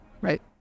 Right